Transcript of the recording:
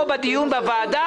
פה בדיון בוועדה.